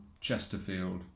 Chesterfield